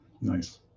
Nice